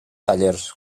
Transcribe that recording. tallers